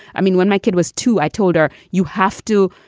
i mean, when my kid was two, i told her, you have to